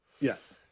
Yes